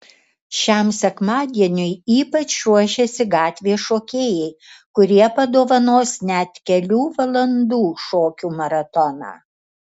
šiam sekmadieniui ypač ruošiasi gatvės šokėjai kurie padovanos net kelių valandų šokių maratoną